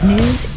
News